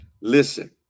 Listen